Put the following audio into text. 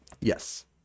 Yes